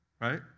right